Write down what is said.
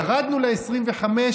ירדנו ל-25%,